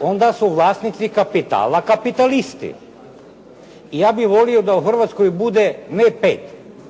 onda su vlasnici kapitala kapitalisti. Ja bih volio da u Hrvatskoj bude ne pet,